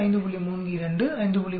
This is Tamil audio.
32 5